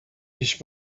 ich